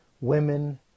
women